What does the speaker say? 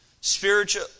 Spiritual